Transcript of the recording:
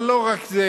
אבל לא רק זה.